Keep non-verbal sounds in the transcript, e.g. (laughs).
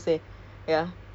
(laughs)